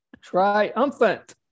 triumphant